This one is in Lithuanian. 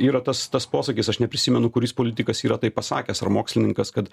yra tas tas posakis aš neprisimenu kuris politikas yra tai pasakęs ar mokslininkas kad